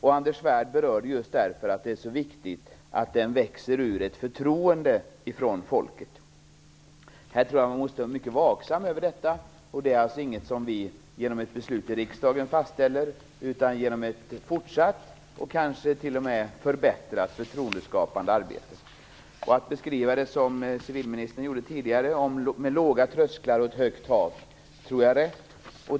Just därför berörde Anders Svärd att det är så viktigt att folkkyrkan växer ur ett förtroende från folket. Jag tror att man måste vara mycket vaksam över detta. Det är inget som vi fastställer genom ett beslut i riksdagen, utan genom ett fortsatt och kanske t.o.m. förbättrat förtroendeskapande arbete. Att beskriva det som civilministern gjorde tidigare, med låga trösklar och ett högt tak, tror jag är rätt.